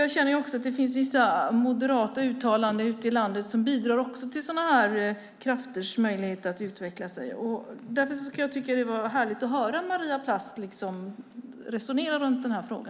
Jag känner att det finns vissa moderata uttalanden ute i landet som också bidrar till dessa krafters möjlighet att utvecklas, och därför skulle jag tycka att det var härligt att höra Maria Plass resonera runt denna fråga.